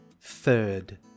Third